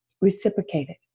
reciprocated